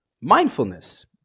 mindfulness